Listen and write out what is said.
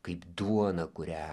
kaip duoną kuria